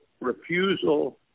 refusal